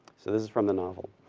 so this is from the novel,